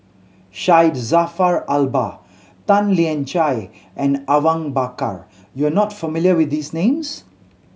Syed Jaafar Albar Tan Lian Chye and Awang Bakar you are not familiar with these names